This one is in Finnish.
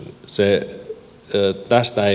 se ei tästä ei